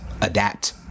adapt